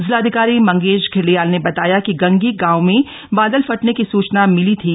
जिलाधिकारी मंगेश घिल्डियाल ने बताया कि गंगी गांव में बादल फटने की सूचना मिली थी